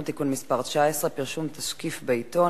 (תיקון מס' 19) (פרסום תשקיף בעיתון),